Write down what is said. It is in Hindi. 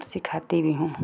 सिखाती भी हूँ